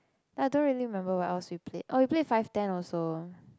I don't really remember what else we played oh we played five ten also